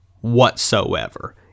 whatsoever